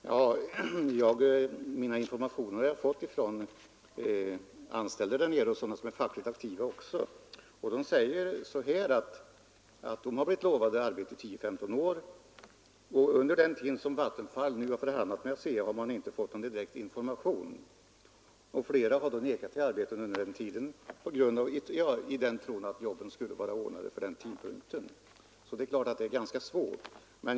Fru talman! Mina informationer har jag fått från anställda där nere — även sådana som är fackligt aktiva. De säger att de har blivit lovade arbete i 10—15 år. När Vattenfall nu har förhandlat med ASEA har man inte fått någon direkt information. Flera har då sagt nej till arbete under den tiden i tron att jobben skulle vara ordnade.